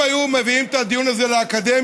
אם היו מביאים את הדיון הזה לאקדמיה,